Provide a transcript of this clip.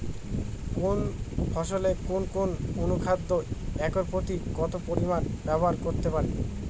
কোন ফসলে কোন কোন অনুখাদ্য একর প্রতি কত পরিমান ব্যবহার করতে পারি?